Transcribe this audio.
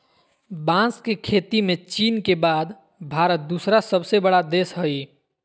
बांस के खेती में चीन के बाद भारत दूसरा सबसे बड़ा देश हइ